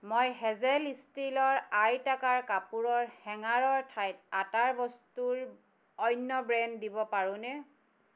মই হেজেল ষ্টীলৰ আয়তাকাৰ কাপোৰৰ হেঙাৰৰ ঠাইত আটাৰ বস্তুৰ অন্য ব্ৰেণ্ড দিব পাৰোঁনে